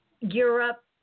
Europe